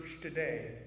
today